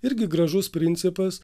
irgi gražus principas